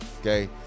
okay